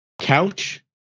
couch